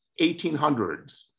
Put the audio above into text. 1800s